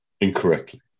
incorrectly